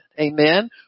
Amen